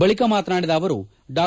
ಬಳಿಕ ಮಾತನಾಡಿದ ಅವರು ಡಾ